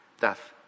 Death